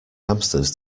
hamsters